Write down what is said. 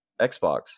Xbox